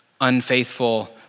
unfaithful